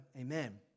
Amen